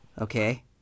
okay